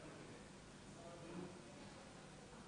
המזערי לשנת 2020 וסכום